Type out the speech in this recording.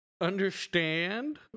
understand